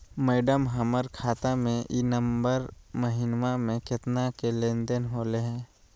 madam, हमर खाता में ई नवंबर महीनमा में केतना के लेन देन होले है